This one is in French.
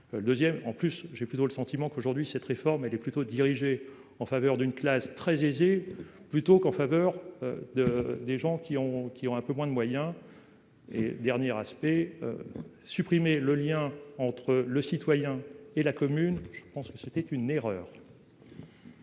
deuxième en plus j'ai plutôt le sentiment qu'aujourd'hui, cette réforme elle est plutôt dirigée en faveur d'une classe très Trezeget plutôt qu'en faveur de des gens qui ont qui ont un peu moins de moyens. Et dernier aspect. Supprimer le lien entre le citoyen et la commune. Je pense que c'était une erreur.